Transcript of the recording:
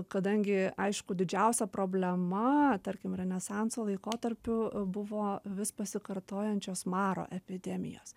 kadangi aišku didžiausia problema tarkim renesanso laikotarpiu buvo vis pasikartojančios maro epidemijos